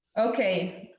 okay.